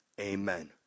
amen